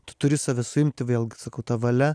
tu turi save suimti vėl sakau ta valia